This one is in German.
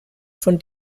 von